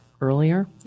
earlier